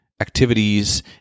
activities